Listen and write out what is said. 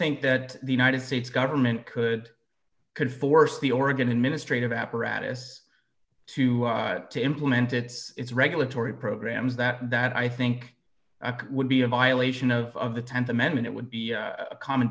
think that the united states government could could force the oregon administrative apparatus to to implement its its regulatory programs that that i think would be a violation of the th amendment it would be a